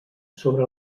sobre